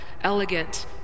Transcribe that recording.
elegant